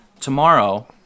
tomorrow